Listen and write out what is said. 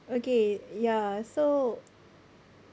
okay ya so